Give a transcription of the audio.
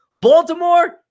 Baltimore